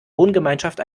wohngemeinschaft